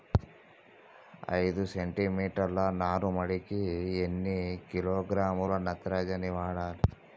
ఐదు సెంటిమీటర్ల నారుమడికి ఎన్ని కిలోగ్రాముల నత్రజని వాడాలి?